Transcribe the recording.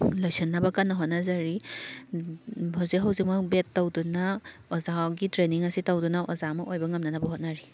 ꯂꯣꯏꯁꯟꯅꯕ ꯀꯟꯅ ꯍꯣꯠꯅꯖꯔꯤ ꯍꯧꯖꯤꯛ ꯍꯧꯖꯤꯛꯃꯛ ꯕꯦꯗ ꯇꯧꯗꯨꯅ ꯑꯣꯖꯥꯒꯤ ꯇ꯭ꯔꯦꯅꯤꯡ ꯑꯁꯤ ꯇꯧꯗꯨꯅ ꯑꯣꯖꯥ ꯑꯃ ꯑꯣꯏꯕ ꯉꯝꯅꯅꯕ ꯍꯣꯠꯅꯔꯤ